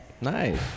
Nice